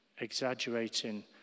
exaggerating